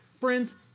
Friends